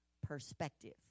perspective